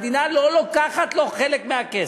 המדינה לא לוקחת לו חלק מהכסף.